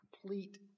complete